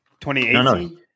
2018